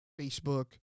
Facebook